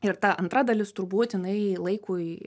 ir ta antra dalis turbūt jinai laikui